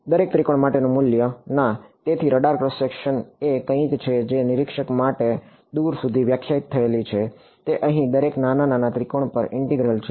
દરેક ત્રિકોણ માટેનું મૂલ્ય ના તેથી રડાર ક્રોસ સેક્શન એ કંઈક છે જે નિરીક્ષક માટે દૂર સુધી વ્યાખ્યાયિત થયેલ છે તે અહીં દરેક નાના નાના ત્રિકોણ પર ઈન્ટિગરલ છે